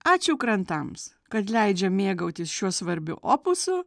ačiū krantams kad leidžia mėgautis šiuo svarbiu opusu